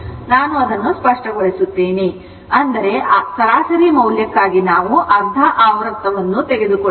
ನಾನು ಅದನ್ನು ಸ್ಪಷ್ಟಗೊಳಿಸುತ್ತೇನೆ ಅಂದರೆ ಸರಾಸರಿ ಮೌಲ್ಯಕ್ಕಾಗಿ ನಾವು ಅರ್ಧ ಆವರ್ತವನ್ನು ತೆಗೆದುಕೊಳ್ಳುತ್ತಿದ್ದೇವೆ